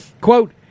Quote